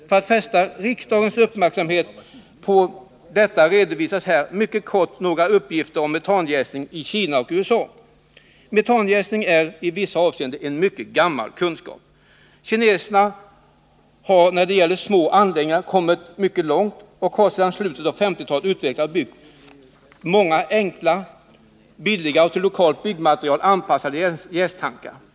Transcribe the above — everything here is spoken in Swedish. För att fästa riksdagens uppmärksamhet på detta redovisar jag här mycket kort några uppgifter om metanjäsning i Kina och USA. Metanjäsning är i vissa avseenden en mycket gammal kunskap. Kineserna har när det gäller små anläggningar kommit mycket långt och har sedan slutet av 1950-talet utvecklat och byggt många enkla, billiga och till lokalt byggmaterial anpassade jästankar.